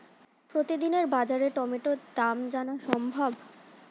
প্রতিদিনের বাজার টমেটোর দাম জানা সম্ভব?